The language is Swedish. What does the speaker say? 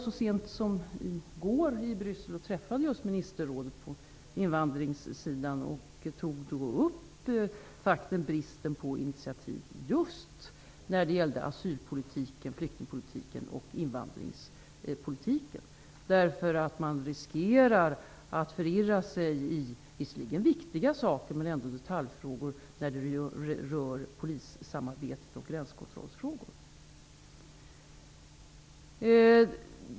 Så sent som i går var jag i Bryssel och träffade ministerrådets invandringsansvariga. Då tog jag upp bristen på initiativ just i fråga om asylpolitiken, flyktingpolitiken och invandringspolitiken. Man riskerar att förirra sig i saker som visserligen är viktiga, men som ändå är detaljfrågor. De kan röra polissamarbete och gränskontrollsfrågor.